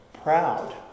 Proud